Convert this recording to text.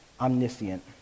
omniscient